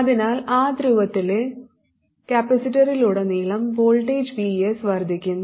അതിനാൽ ആ ധ്രുവത്തിലെ കപ്പാസിറ്ററിലുടനീളം വോൾട്ടേജായ Vs വർദ്ധിക്കുന്നു